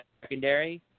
secondary